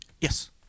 Yes